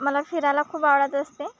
मला फिरायला खूप आवडत असते